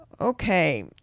okay